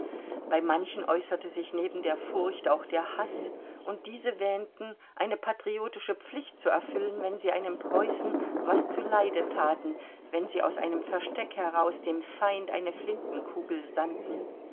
bei manchen äußerte sich neben der furcht auch der haß und diese wähnten eine patriotische pflicht zu erfüllen wenn sie einem preußen was zu leide thaten wenn sie aus einem versteck heraus dem feind eine flintenkugel sandten